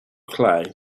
clay